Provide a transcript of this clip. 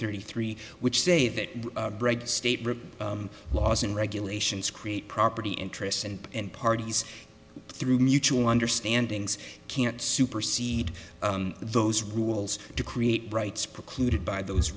thirty three which say that state written laws and regulations create property interests and and parties through mutual understanding can't supersede those rules to create rights precluded by those